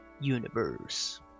universe